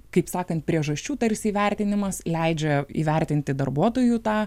kaip sakant priežasčių tarsi įvertinimas leidžia įvertinti darbuotojų tą